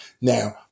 Now